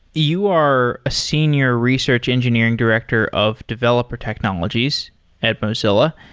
you are a senior research engineering director of developer technologies at mozilla,